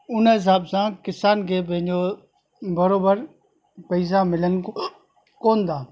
उन हिसाब सां किसान खे पंहिंजो बराबरि पैसा मिलनि कोन था